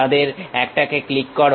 তাদের একটাকে ক্লিক করো